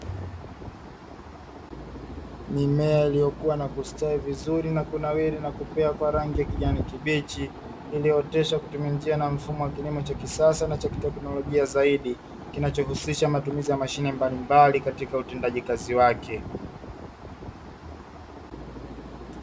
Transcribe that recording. Mimea iliyokuwa na kustawi vizuri, na kunawiri na kupea kwa rangi ya kijani kibichi iliyooteshwa kutumia njia na mfumo wa kilimo cha kisasa na cha kiteknolojia zaidi, kinachohusisha matumizi ya mashine mbalimbali katika utendaji kazi wake.